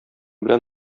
белән